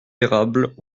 érables